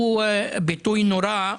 הוא ביטוי נורא.